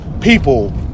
people